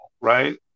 right